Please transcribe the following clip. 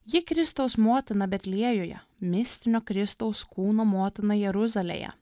ji kristaus motina betliejuje mistinio kristaus kūno motina jeruzalėje